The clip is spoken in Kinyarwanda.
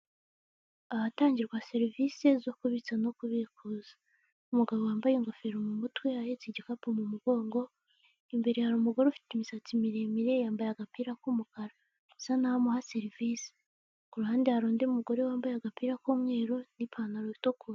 Ahatangirwa serivisi zo kubitsa no kubikuza. Umugabo wambaye ingofero mu mutwe ahetse igikapu mu mugongo, imbere hari umugore ufite imisatsi miremire yambaye agapira k'umukara, asa nk'aho amuha serivisi. Ku ruhande hari undi mugore wambaye agapira k'umweru n'ipantaro itukura.